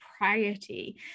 propriety